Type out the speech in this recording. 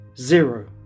zero